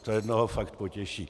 To jednoho fakt potěší.